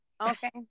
okay